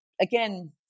again